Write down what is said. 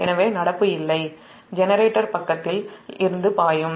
எனவே நடப்புஇல்லை ஜெனரேட்டர் பக்கத்தில் இருந்து பாயும்